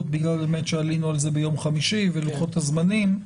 בגלל שעלינו על זה ביום חמישי ולוחות הזמנים.